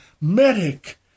Medic